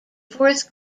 fourth